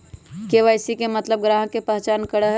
KYC के मतलब ग्राहक का पहचान करहई?